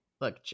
look